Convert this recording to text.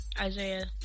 Isaiah